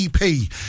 ep